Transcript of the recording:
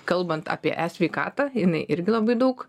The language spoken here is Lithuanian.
kalbant apie e sveikatą jinai irgi labai daug